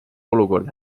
olukord